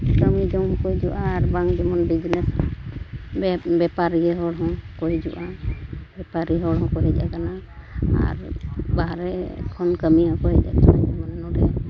ᱠᱟᱹᱢᱤ ᱡᱚᱝ ᱦᱚᱸᱠᱚ ᱦᱤᱡᱩᱜᱼᱟ ᱟᱨᱵᱟᱝ ᱡᱮᱢᱚᱱ ᱵᱮᱯᱲᱟᱨᱤᱭᱟᱹ ᱦᱚᱲᱦᱚᱸ ᱠᱚ ᱦᱤᱡᱩᱜᱼᱟ ᱵᱮᱯᱟᱨᱤ ᱦᱚᱲ ᱦᱚᱸᱠᱚ ᱦᱮᱡ ᱟᱠᱟᱱᱟ ᱟᱨ ᱵᱟᱦᱨᱮ ᱠᱷᱚᱱ ᱠᱟᱹᱢᱤᱭᱟᱹ ᱦᱚᱸᱠᱚ ᱦᱮᱡ ᱟᱠᱟᱱᱟ ᱢᱟᱱᱮ ᱱᱚᱰᱮ